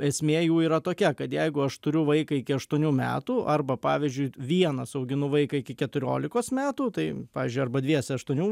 esmė jų yra tokia kad jeigu aš turiu vaiką iki aštuonių metų arba pavyzdžiui vienas auginu vaiką iki keturiolikos metų tai pavyzdžiui arba dviese aštuonių